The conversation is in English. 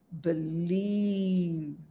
believe